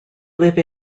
live